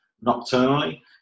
nocturnally